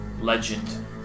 legend